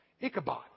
Ichabod